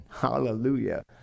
Hallelujah